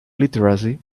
literacy